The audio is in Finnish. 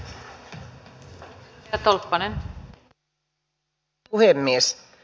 arvoisa rouva puhemies